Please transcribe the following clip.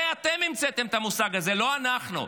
אתם המצאתם את המושג הזה, לא אנחנו.